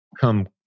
come